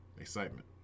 Excitement